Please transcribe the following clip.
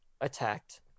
attacked